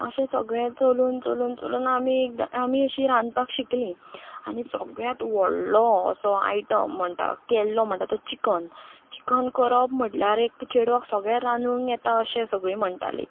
अशें सगळें चलून चलून चलून आमी एकदां आमी अशीं रांदपाक शिकलीं आनी सगळ्यांत व्हडलो असो आयटम म्हणटा केल्लो म्हणटात तो चिकन चिकन करप म्हटल्यार एक चेडवाक सगळें रांदूंक येता अशें सगळीं म्हणटालीं